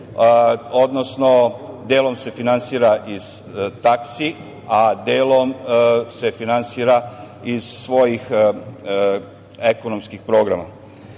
odnosno delom se finansira iz taksi, a delom se finansira iz svojim ekonomskih programa.